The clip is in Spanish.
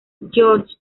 george